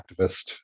activist